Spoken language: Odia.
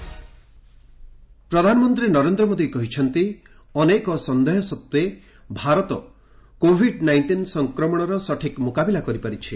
ପିଏମ୍ ଡାଭୋସ୍ ପ୍ରଧାନମନ୍ତ୍ରୀ ନରେନ୍ଦ୍ର ମୋଦୀ କହିଛନ୍ତି ଅନେକ ସନ୍ଦେହ ସତ୍ତ୍ୱେ ଭାରତ କୋବିଡ୍ ନାଇଷ୍ଟିନ୍ ସଂକ୍ରମଣର ସଠିକ୍ ମୁକାବିଲା କରିପାରିଛି